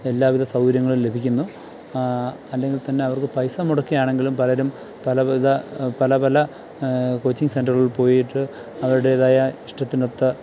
എല്ലാവിധ സൗകര്യങ്ങളും ലഭിക്കുന്നു അല്ലെങ്കിൽ തന്നെ അവർക്ക് പൈസ മുടക്കി ആണെങ്കിലും പലരും പലവിധ പലപല കോച്ചിങ്ങ് സെൻ്ററുകൾ പോയിട്ട് അവരുടേതായ ഇഷ്ടത്തിനൊത്ത